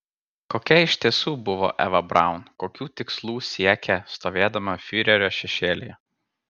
kokia iš tiesų buvo eva braun kokių tikslų siekė stovėdama fiurerio šešėlyje